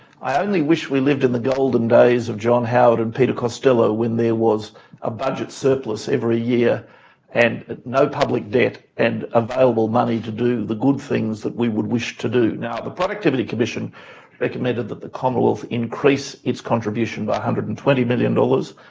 i only wish we lived in the golden days of john howard and peter costello when there was a budget surplus every year and no public debt and available money to do the good things that we would wish to do. the productivity commission recommended that the commonwealth increase its contribution by one hundred and twenty million dollars,